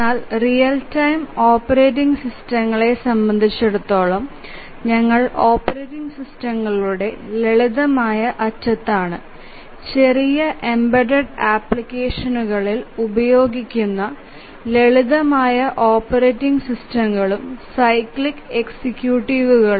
എന്നാൽ real time operating സിസ്റ്റങ്ങളെ സംബന്ധിച്ചിടത്തോളം ഞങ്ങൾ ഓപ്പറേറ്റിംഗ് സിസ്റ്റങ്ങളുടെ ലളിതമായ അറ്റത്താണ് ചെറിയ എംബെഡ്ഡ്ഡ് ആപ്ലിക്കേഷനുകളിൽ ഉപയോഗിക്കുന്ന ലളിതമായ ഓപ്പറേറ്റിംഗ് സിസ്റ്റങ്ങളും സൈക്ലിക് എക്സിക്യൂട്ടീവുകളും